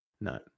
No